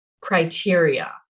criteria